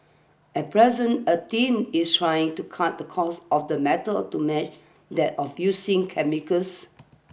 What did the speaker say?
at present a team is trying to cut the cost of the metal to match that of using chemicals